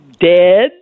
Dead